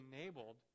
enabled